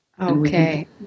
Okay